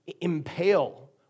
impale